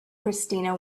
christina